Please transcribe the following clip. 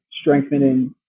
strengthening